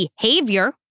behavior